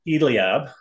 Eliab